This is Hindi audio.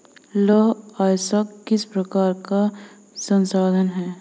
लौह अयस्क किस प्रकार का संसाधन है?